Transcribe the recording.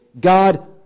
God